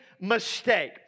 mistake